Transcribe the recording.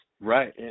Right